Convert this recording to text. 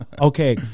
okay